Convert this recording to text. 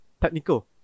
technical